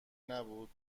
نبود